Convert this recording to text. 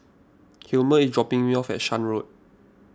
Hilmer is dropping me off at Shan Road